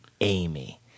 Amy